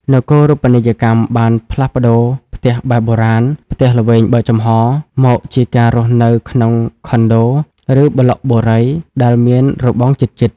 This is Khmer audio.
នគរូបនីយកម្មបានផ្លាស់ប្តូរផ្ទះបែបបុរាណ ផ្ទះល្វែងបើកចំហរ មកជាការរស់នៅក្នុង Condos ឬប្លុកបុរី ដែលមានរបងជិតៗ។